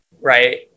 right